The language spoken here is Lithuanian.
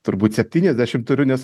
turbūt septyniasdešim turiu nes